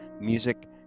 music